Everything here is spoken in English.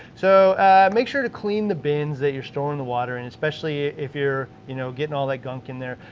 so make sure to clean the bins that you're storing the water in, especially if you're you know getting all that gunk in there,